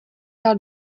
dal